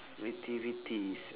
activities